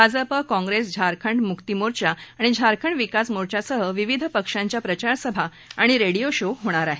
Bhajpa Congress Jharkhand Mukti Morcha आणि झारखंड विकास मोर्चासह विविध पक्षांच्या प्रचारसभा आणि रोडशो होणार आहेत